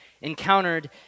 encountered